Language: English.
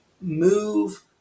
move